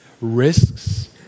risks